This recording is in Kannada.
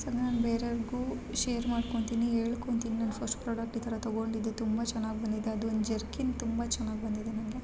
ಸೊ ನಾನು ಬೇರೆಯವ್ರ್ಗೂ ಶೇರ್ ಮಾಡ್ಕೊತೀನಿ ಹೇಳ್ಕೊಂತಿನಿ ನಾನು ಫಸ್ಟ್ ಪ್ರಾಡಕ್ಟ್ ಈ ಥರ ತಗೊಂಡಿದ್ದೆ ತುಂಬ ಚೆನ್ನಾಗಿ ಬಂದಿದೆ ಅದು ಒಂದು ಜರ್ಕಿನ್ ತುಂಬ ಚೆನ್ನಾಗಿ ಬಂದಿದೆ ನನಗೆ